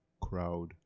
crowd